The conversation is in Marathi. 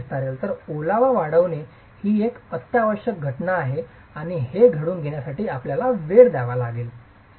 तर ओलावा वाढवणे ही एक अत्यावश्यक घटना आहे आणि हे घडून येण्यासाठी आपल्याला वेळ द्यावा लागेल ठीक आहे